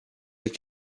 est